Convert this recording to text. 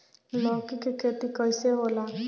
लौकी के खेती कइसे होला?